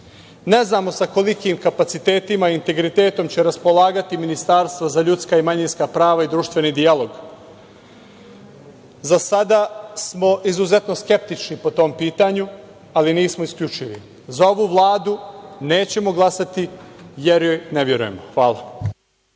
znamo sa kolikim kapacitetima i integritetom će raspolagati Ministarstvo za ljudska i manjinska prava i društveni dijalog. Za sada smo izuzetno skeptični po tom pitanju, ali nismo isključivi. Za ovu Vladu nećemo glasati jer joj ne verujemo. Hvala.(Đorđe